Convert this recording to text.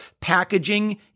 packaging